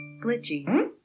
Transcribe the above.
Glitchy